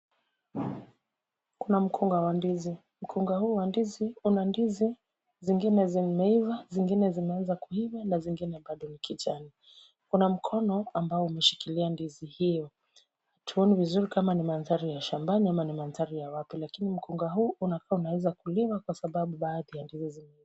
Kuna mkunga wa ndizi. Mkunga huu wa ndizi una ndizi zingine zimeiva zingine zimeanza kuiva na zingine bado ni kijani. Kuna mkono ambao umeshikilia ndizi hiyo. Hatuoni vizuri kama ni mandhari ya shambani ama ni mandhari ya wapi lakini mkunga huu unakaa unaweza kuliwa kwa sababu baadhi ya ndizi zimeiva.